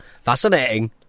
Fascinating